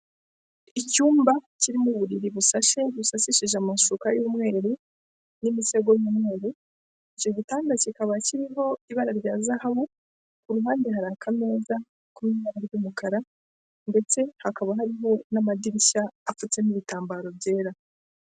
Icyumba kirimo uburiri busashe, busashishije amashuka y'umweru n'imisego y'umweru, icyo gitanda kikaba kiriho ibara rya zahabu, ku ruhande hari akameza ko mu ibara ry'umukara ndetse hakaba hariho n'amadirishya apfutse n'ibitambaro byera.